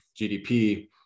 GDP